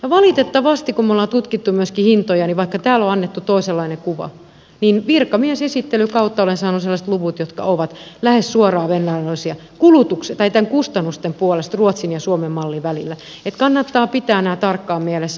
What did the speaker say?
ja valitettavasti kun me olemme tutkineet myöskin hintoja vaikka täällä on annettu toisenlainen kuva virkamiesesittelyn kautta olen saanut sellaiset luvut jotka ovat lähes suoraan verrannollisia kustannusten puolesta ruotsin ja suomen mallin välillä niin että kannattaa pitää nämä tarkkaan mielessä